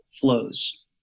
flows